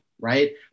right